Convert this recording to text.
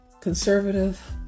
conservative